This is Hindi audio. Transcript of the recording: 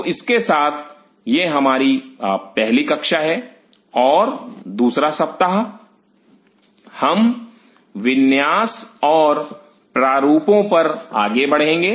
तो इसके साथ यह हमारी पहली कक्षा है और दूसरा सप्ताह हम विन्यास और प्रारूपों पर आगे बढ़ेंगे